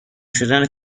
شدن